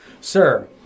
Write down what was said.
Sir